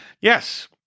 yes